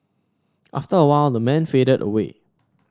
after a while the man faded away